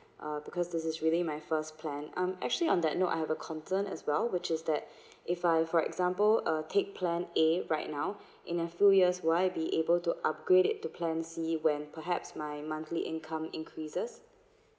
uh because this is really my first plan um actually on that note I have a concern as well which is that if I for example uh take plan a right now in a few years will I be able to upgrade it to plan C went perhaps my monthly income increases